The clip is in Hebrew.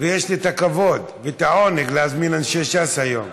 יש לי את הכבוד והעונג להזמין אנשי ש"ס היום.